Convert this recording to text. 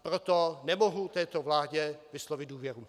Proto nemohu této vládě vyslovit důvěru.